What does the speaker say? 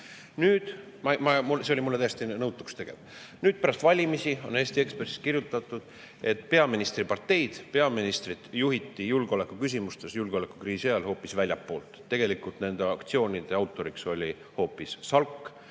tegi. See tegi mind täiesti nõutuks. Nüüd, pärast valimisi on Eesti Ekspressis kirjutatud, et peaministri parteid ja peaministrit juhiti julgeoleku küsimustes julgeolekukriisi ajal hoopis väljastpoolt. Tegelikult nende aktsioonide autoriks oli hoopis SALK,